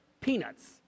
peanuts